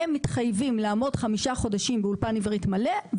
הם מתחייבים ללמוד חמישה חודשים באולפן עברית מלא,